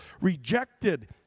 rejected